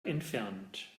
entfernt